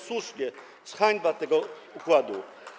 Słusznie, hańba tego układu.